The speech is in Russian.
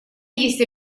есть